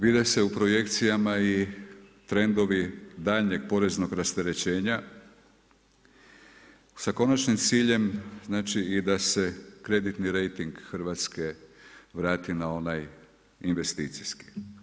Vide se u projekcijama i trendovi daljnjeg poreznog rasterećenja sa konačnim ciljem znači i da se kreditni rejting Hrvatske vrati na onaj investicijski.